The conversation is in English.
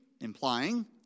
implying